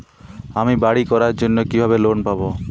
আমি বাড়ি করার জন্য কিভাবে লোন পাব?